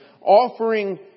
offering